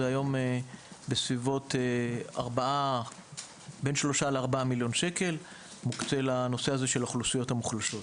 היום זה בין 3 ל-4 מיליון שקל שמוקצים לנושא הזה של אוכלוסיות מוחלשות.